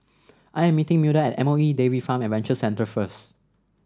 I am meeting Milda at M O E Dairy Farm Adventure Centre first